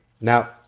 Now